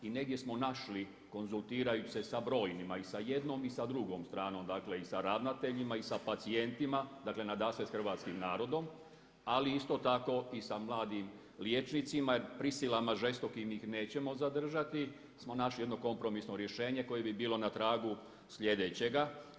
I negdje smo našli konzultirajući se sa brojnima i sa jednom i sa drugom stranom, dakle i sa ravnateljima i sa pacijentima, dakle nadasve sa hrvatskim narodom ali isto tako i sa mladim liječnicima jer prisilama žestokim ih nećemo zadržati smo našli jedno kompromisno rješenje koje bi bilo na tragu sljedećega.